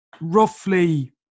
roughly